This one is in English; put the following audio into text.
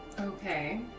Okay